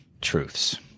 truths